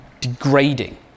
degrading